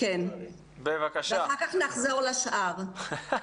ואחר כך נחזור לשאר.